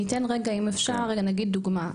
אני אתן רגע, אם אפשר, דוגמה.